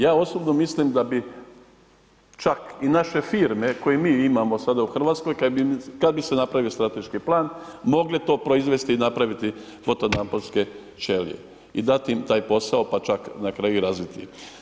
Ja osobno mislim da bi čak i naše firme koje mi imamo sada u Hrvatskoj kad bi se napravio strateški plan mogle to proizvesti i napraviti foto naponske ćelije i dati im taj posao pa čak na kraju i razviti.